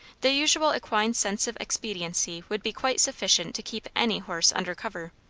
the usual equine sense of expediency would be quite sufficient to keep any horse under cover.